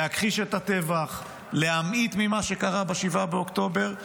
להכחיש את הטבח, להמעיט ממה שקרה ב-7 באוקטובר.